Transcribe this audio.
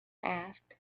asked